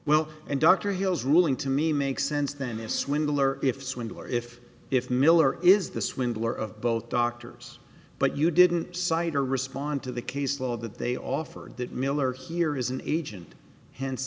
well and dr heels ruling to me makes sense then a swindler if swindler if if miller is the swindler of both doctors but you didn't cite or respond to the case law that they offered that miller here is an agent hence